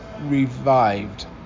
revived